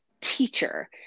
teacher